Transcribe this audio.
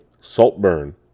Saltburn